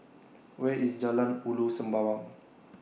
Where IS Jalan Ulu Sembawang